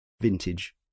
vintage